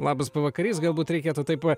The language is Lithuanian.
labas pavakarys galbūt reikėtų taip pat